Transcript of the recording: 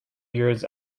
years